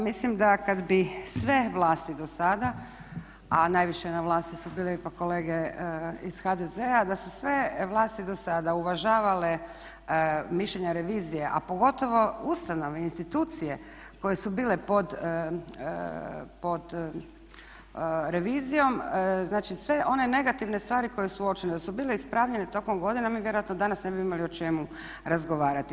Mislim da kad bi sve vlasti dosada a najviše na vlasti su bili ipak kolege iz HDZ-a da su sve vlasti dosada uvažavale mišljenja revizije, a pogotovo ustanove, institucije koje su bile pod revizijom, znači sve one negativne stvari koje su uočene da su bile ispravljene tokom godina mi vjerojatno danas ne bi imali o čemu razgovarati.